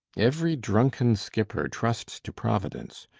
every drunken skipper trusts to providence.